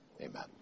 amen